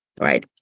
Right